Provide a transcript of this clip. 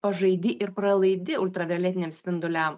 pažaidi ir pralaidi ultravioletiniam spinduliam